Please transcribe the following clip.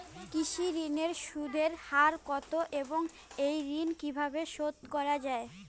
কৃষি ঋণের সুদের হার কত এবং এই ঋণ কীভাবে শোধ করা য়ায়?